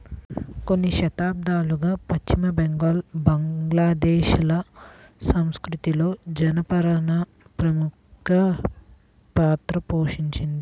కొన్ని శతాబ్దాలుగా పశ్చిమ బెంగాల్, బంగ్లాదేశ్ ల సంస్కృతిలో జనపనార ప్రముఖ పాత్ర పోషించింది